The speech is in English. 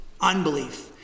unbelief